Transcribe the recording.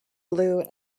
blue